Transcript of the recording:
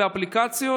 באפליקציות,